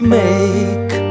make